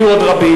יהיו עוד רבים.